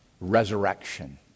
resurrection